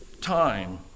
time